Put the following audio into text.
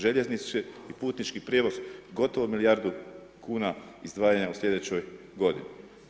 Željeznice i putnički prijevoz gotovo milijardu kuna izdvajanja u sljedećoj godini.